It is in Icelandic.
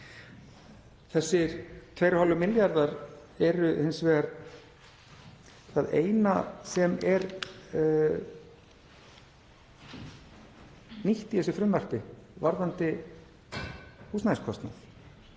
Þessir 2,5 milljarðar eru hins vegar það eina sem er nýtt í þessu frumvarpi varðandi húsnæðiskostnað